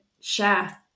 share